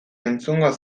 entzungo